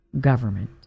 government